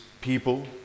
people